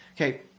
Okay